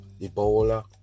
Ebola